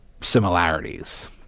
similarities